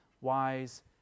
wise